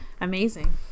Amazing